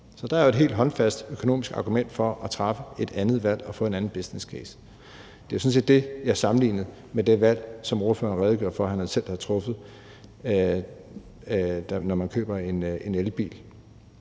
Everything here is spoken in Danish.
Så der er jo et helt håndfast økonomisk argument for at træffe et andet valg og få en anden businesscase. Det var sådan set det, jeg sammenlignede med det valg, som ordføreren redegjorde for han selv havde truffet i forhold til at købe en elbil.